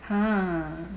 !huh!